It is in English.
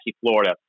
Florida